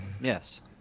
Yes